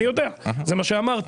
אני יודע זה מה שאמרתי,